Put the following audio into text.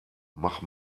mach